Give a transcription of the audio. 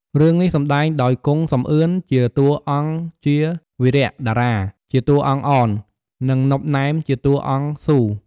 រឿងនេះ សម្ដែងដោយ គង់ សំអឿន ជាតួអង្គជា, វីរៈ តារា ជាតួអង្គអន, និង ណុប ណែម ជាតួអង្គស៊ូ។